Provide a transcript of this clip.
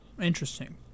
interesting